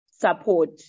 support